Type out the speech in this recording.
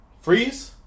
Freeze